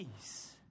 peace